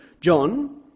John